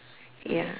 ya